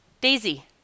daisy